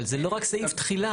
אבל זה לא רק סעיף תחילה.